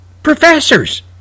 professors